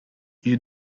you